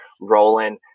rolling